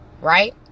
right